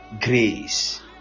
grace